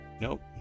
Nope